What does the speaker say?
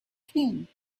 king